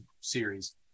series